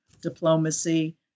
diplomacy